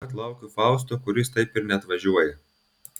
tuomet laukiu fausto kuris taip ir neatvažiuoja